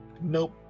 Nope